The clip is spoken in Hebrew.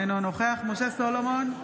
אינו נוכח משה סולומון,